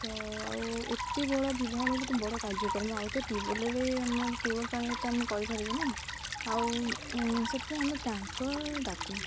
ତ ଆଉ ଏତେ ବଡ଼ ବିବାହ ହେ ତ ବଡ଼ କାର୍ଯ୍ୟକ୍ରମ ଆଉ ତ ଟ୍ୟୁବୁଲରେ ଆମ ଟ୍ୟୁବ୍ ୱେଲ୍ ପାଣି ତ ଆମେ କରିପାରିବୁନି ଆଉ ସେଥିପାଇଁ ଆମେ ତାଙ୍କର ଡାକୁ